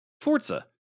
Forza